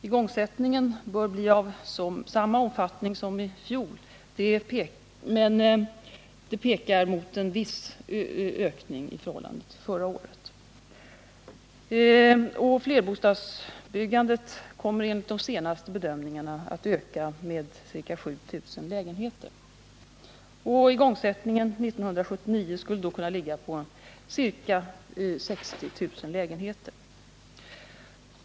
Igångsättningen bör bli av samma omfattning som i fjol, men prognosen pekar på en viss ökning i förhållande till förra året. Flerbostadsbyggandet kommer enligt de senaste bedömningarna att öka med ca 7 000 lägenheter. Igångsättningen 1979 skulle då kunna ligga på 60 000 lägenheter.